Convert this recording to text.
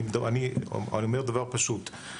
אני אומר דבר פשוט,